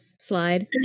slide